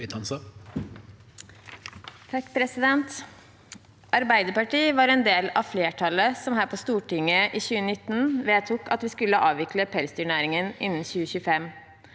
Arbeiderpartiet var en del av flertallet som her på Stortinget i 2019 vedtok at vi skulle avvikle pelsdyrnæringen innen 2025.